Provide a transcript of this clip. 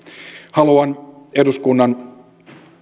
haluan eduskunnan